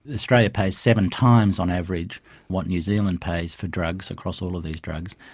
australia pays seven times on average what new zealand pays for drugs across all of these drugs,